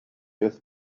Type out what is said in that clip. earth